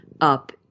up